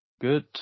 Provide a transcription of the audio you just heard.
good